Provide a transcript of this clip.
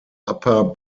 upper